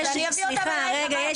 סליחה רגע,